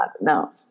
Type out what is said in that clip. no